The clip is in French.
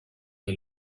est